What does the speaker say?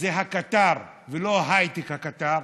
זה הקטר ולא ההייטק הקטר.